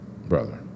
brother